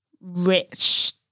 rich